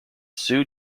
sue